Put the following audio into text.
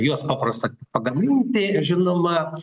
juos paprasta pagaminti žinoma